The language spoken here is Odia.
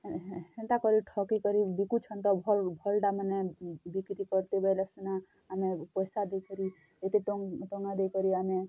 ହେନ୍ତାକରି ଠକି କରି ବିକୁଛନ୍ ତ ଭଲ୍ ଭଲ୍ଟାମାନେ ବିକ୍ରି କର୍ତେ ବଏଲେ ସିନା ଆମେ ପଏସା ଦେଇକରି ଏତେ ଟଙ୍କା ଦେଇକରି ଆମେ